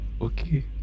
Okay